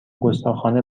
گستاخانه